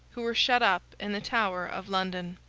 who were shut up in the tower of london.